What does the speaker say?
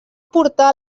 portar